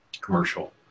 commercial